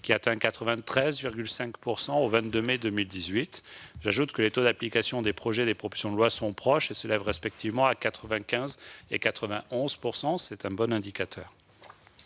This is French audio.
qui atteint 93,5 % au 22 mai 2018. Je note en outre que les taux d'application des projets et des propositions de loi sont proches : ils s'élèvent respectivement à 95 % et 91 %- c'est un bon indicateur.